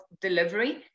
delivery